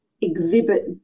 exhibit